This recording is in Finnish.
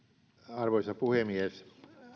arvoisa puhemies